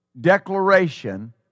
declaration